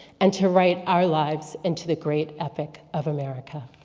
and to write our lives into the great ethic of america.